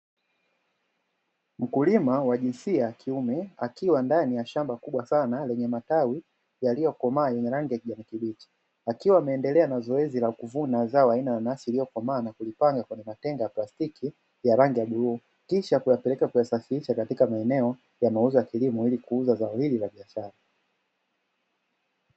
Mkulima wa jinsia ya kiume akiwa ndani ya shamba kubwa sana lenye matawi yaliyokomaa yenye rangi ya kijani kibichi, akiwa ameendelea na zoezi la kuvuna zao aina ya nanasi lililokomaa na kulipanga kwenye matenga ya plastiki ya rangi ya buluu, Kisha kuyapeleka kuyasafirisha katika maeneo ya mauzo ya kilimo ili kuuza zao hili la biashara.